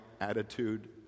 attitude